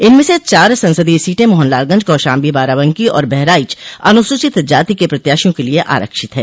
इनमें से चार संसदीय सीटें मोहनलालगंज कौशाम्बी बाराबंकी और बहराइच अनुसूचित जाति के प्रत्याशियों के लिए आरक्षित है